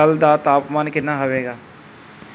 ਕੱਲ੍ਹ ਦਾ ਤਾਪਮਾਨ ਕਿੰਨਾ ਹੋਵੇਗਾ